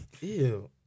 ew